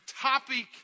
topic